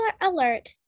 alert